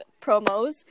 promos